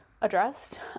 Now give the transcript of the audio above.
addressed